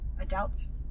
adults